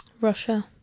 Russia